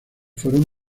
fueron